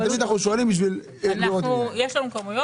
מעולה.